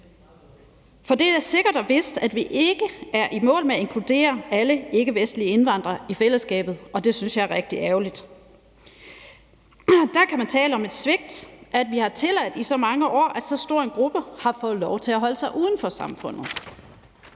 For det er sikkert og vist, at vi ikke er i mål med at inkludere alle ikkevestlige indvandrere i fællesskabet, og det synes jeg er rigtig ærgerligt. Der kan være tale om svigt, når vi i så mange år har tilladt, at så stor en gruppe har fået lov til at holde sig uden for samfundet.